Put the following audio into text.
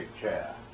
chair